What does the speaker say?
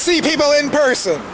see people in person